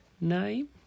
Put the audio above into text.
name